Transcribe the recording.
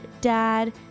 dad